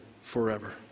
forever